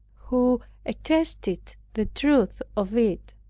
who attested the truth of it.